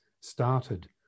started